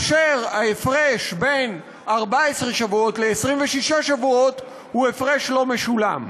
וההפרש בין 14 שבועות ל-26 שבועות הוא הפרש לא משולם.